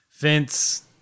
Vince